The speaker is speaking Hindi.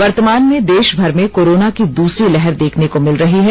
वर्तमान में देशभर में कोरोना की दूसरी लहर देखने को मिल रही है